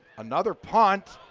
another punt.